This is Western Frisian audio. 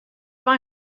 mei